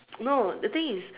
no the thing is